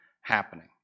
happening